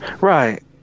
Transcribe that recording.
right